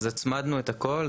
אז הצמדנו את הכול.